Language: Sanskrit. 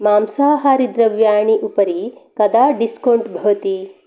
मांसाहारी द्रव्याणि उपरि कदा डिस्कौण्ट् भवति